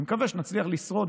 אני מקווה שנצליח לשרוד,